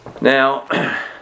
Now